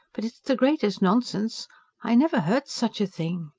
but it's the greatest nonsense i never heard such a thing!